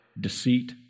deceit